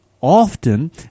often